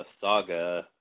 Saga